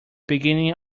beginning